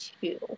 two